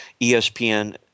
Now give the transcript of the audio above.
ESPN